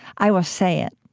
i will say it